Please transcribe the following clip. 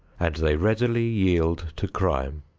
and they readily yield to crime.